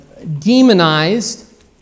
demonized